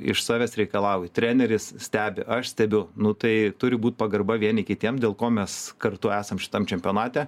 iš savęs reikalauji treneris stebi aš stebiu nu tai turi būt pagarba vieni kitiem dėl ko mes kartu esam šitam čempionate